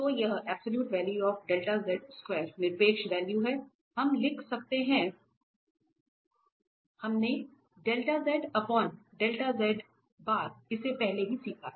तो यह निरपेक्ष वैल्यू हम लिख सकते हैं हमने इसे पहले ही सीखा है